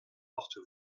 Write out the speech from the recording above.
porte